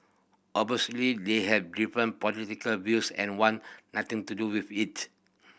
obviously they have different political views and want nothing to do with it